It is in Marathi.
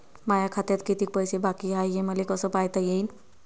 माया खात्यात कितीक पैसे बाकी हाय हे मले कस पायता येईन?